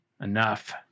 enough